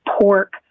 pork